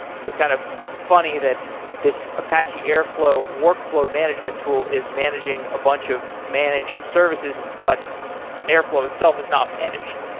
so it's kind of funny that this apache airflow workflow management tool is managing a bunch of managed services, but airflow itself is not managed.